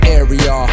area